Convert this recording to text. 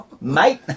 Mate